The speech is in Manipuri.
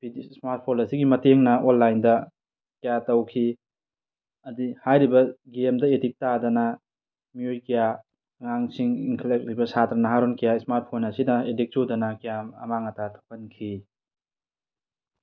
ꯏꯁꯃꯥꯔꯠ ꯐꯣꯟ ꯑꯁꯤꯒꯤ ꯃꯇꯦꯡꯅ ꯑꯣꯟꯂꯥꯏꯟꯗ ꯀꯌꯥ ꯇꯧꯈꯤ ꯍꯥꯏꯔꯤꯕ ꯒꯦꯝꯗ ꯑꯦꯗꯤꯛꯇꯥꯗꯅ ꯃꯤꯑꯣꯏ ꯀꯌꯥ ꯑꯉꯥꯡꯁꯤꯡ ꯏꯟꯈꯠꯂꯛꯂꯤꯕ ꯁꯥꯠꯇ꯭ꯔ ꯅꯍꯥꯔꯣꯜ ꯀꯌꯥ ꯏꯁꯃꯥꯔꯠ ꯐꯣꯟ ꯑꯁꯤꯅ ꯑꯦꯗꯤꯛ ꯆꯨꯗꯅ ꯀꯌꯥ ꯑꯃꯥꯡ ꯑꯇꯥ ꯊꯣꯛꯍꯟꯈꯤ